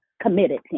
Committed